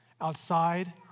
outside